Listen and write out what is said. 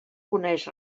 coneix